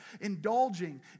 indulging